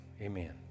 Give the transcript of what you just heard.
Amen